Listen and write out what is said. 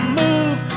move